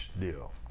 deal